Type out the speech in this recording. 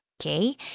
Okay